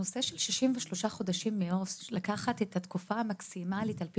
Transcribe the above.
הנושא של 63 חודשים מראש - לקחת את התקופה המקסימלית על פי